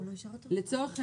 לצורך העניין,